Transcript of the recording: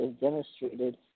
demonstrated